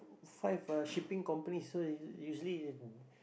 five uh shipping companies so usually